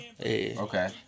okay